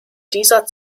dieser